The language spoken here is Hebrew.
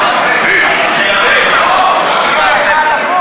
חברי הכנסת,